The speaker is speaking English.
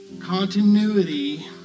Continuity